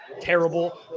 terrible